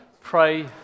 pray